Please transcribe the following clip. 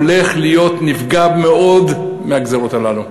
הולך להיפגע מאוד מהגזירות האלה.